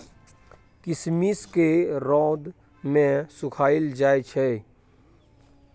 किशमिश केँ रौद मे सुखाएल जाई छै